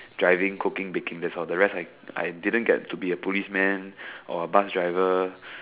driving cooking baking that's all the rest I I didn't get to be a policeman or bus driver